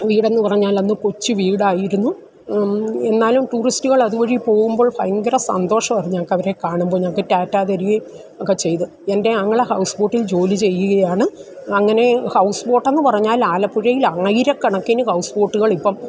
വീടെന്ന് പറഞ്ഞാൽ അന്ന് കൊച്ച് വീടായിരുന്നു എന്നാലും ടൂറിസ്റ്റ്കൾ അതുവഴി പോകുമ്പോൾ ഭയങ്കര സന്തോഷമാണ് ഞങ്ങൾക്കവരെ കാണുമ്പോൾ ഞങ്ങൾക്ക് റ്റാറ്റാ തരുകയും ഒക്കെ ചെയ്ത് എൻ്റെ ആങ്ങള ഹൌസ് ബോട്ടിൽ ജോലി ചെയ്യുകയാണ് അങ്ങനെ ഹൌസ് ബോട്ടെന്ന് പറഞ്ഞാൽ ആലപ്പുഴയിൽ ആയിരക്കണക്കിന് ഹൌസ് ബോട്ടുകളിപ്പം